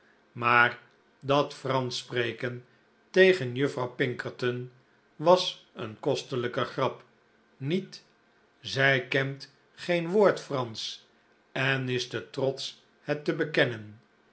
maar dat fransch spreken tegen juffrouw pinkerton was een kostelijke grap niet zij kent geen woord fransch en is te trotsch het te bekennen